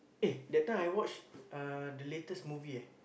eh that time I watch uh the latest movie eh